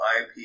IP